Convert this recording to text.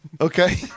Okay